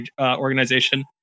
organization